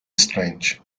strange